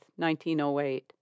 1908